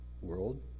world